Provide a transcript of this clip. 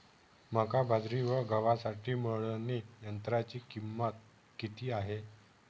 मका, बाजरी व गव्हासाठी मळणी यंत्राची किंमत किती आहे?